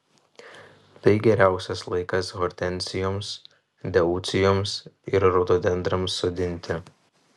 tai geriausias laikas hortenzijoms deucijoms ir rododendrams sodinti